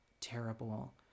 terrible